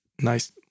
nice